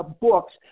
books